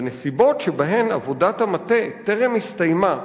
בנסיבות שבהן עבודת המטה טרם הסתיימה,